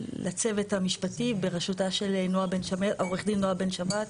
לצוות המשפטי, בראשותה של עו"ד נעה בן שבת,